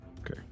Okay